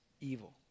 evil